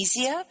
easier